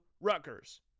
Rutgers